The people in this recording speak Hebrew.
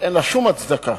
ואין לה שום הצדקה.